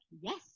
yes